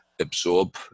absorb